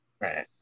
Right